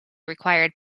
required